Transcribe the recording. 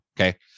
Okay